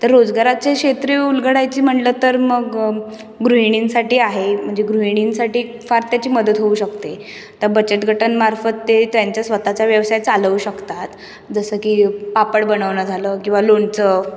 तर रोजगाराचे क्षेत्र उलगडायचे म्हणलं तर मग गृहिणींसाठी आहे म्हणजे गृहिणींसाठी फार त्याची मदत होऊ शकते तर बचत गटांमार्फत ते त्यांचा स्वतःचा व्यवसाय चालवू शकतात जसं की पापड बनवणं झालं किंवा लोणचं